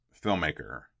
filmmaker